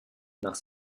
nach